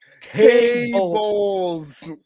tables